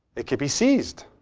it could be seized.